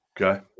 Okay